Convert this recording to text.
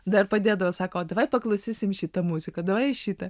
dar padėdavo sako davai paklausysim šitą muziką šita